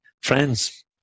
friends